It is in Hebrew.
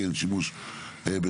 כי אין שימוש בשבת.